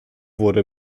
wurde